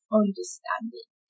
understanding